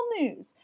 News